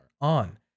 on